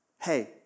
hey